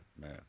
man